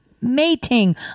Mating